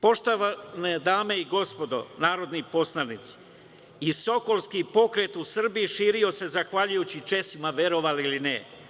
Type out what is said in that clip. Poštovane dame i gospodo narodni poslanici, i Sokolski pokret u Srbiji širio se zahvaljujući Česima, verovali ili ne.